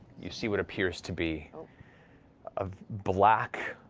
you see what appears to be a black,